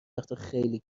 وقتاخیلی